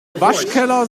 waschkeller